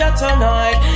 tonight